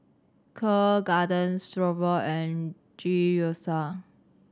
Kheer Garden and Gyoza